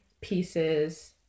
pieces